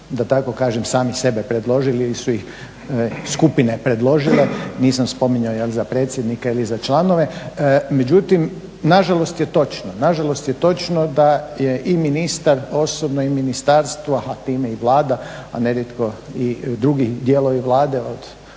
da tako kažem sami sebe predložili ili su ih skupine predložile, nisam spominjao jel za predsjednika ili za članove. Međutim, nažalost je točno da je i ministar osobno i ministarstvo a time i Vlada a nerijetko i drugi dijelovi Vlade od